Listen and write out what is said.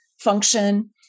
function